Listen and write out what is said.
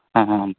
हा हाम्